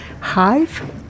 hive